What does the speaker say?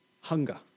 hunger